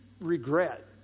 regret